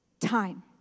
Time